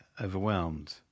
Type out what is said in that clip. overwhelmed